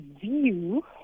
view